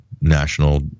national